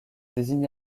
désigne